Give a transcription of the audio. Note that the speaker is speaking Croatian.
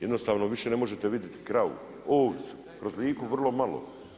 Jednostavno više ne možete vidjeti kravu, ovcu, kroz Liku vrlo malo.